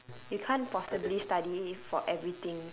you can't possibly study for everything